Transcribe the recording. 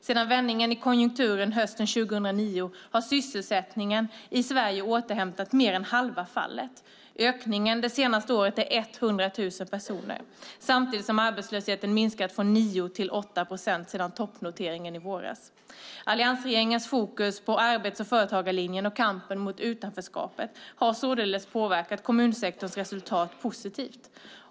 Sedan vändningen i konjunkturen hösten 2009 har sysselsättningen i Sverige återhämtat mer än halva fallet - ökningen det senaste året är 100 000 personer - samtidigt som arbetslösheten minskat från 9 till 8 procent sedan toppnoteringen i våras. Alliansregeringens fokus på arbets och företagarlinjen och kampen mot utanförskapet har således påverkat kommunsektorns resultat positivt.